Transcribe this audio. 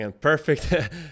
perfect